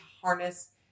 harness